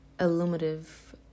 illuminative